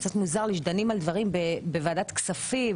קצת מוזר לי שדנים על דברים בוועדת כספים,